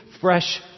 fresh